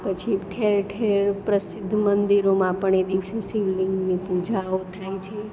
પછી ઠેર ઠેર પ્રસિદ્ધ મંદિરોમાં પણ એ દિવસે શિવલિંગની પૂજાઓ થાય છે